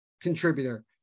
contributor